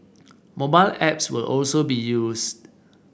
mobile apps will also be used